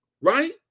Right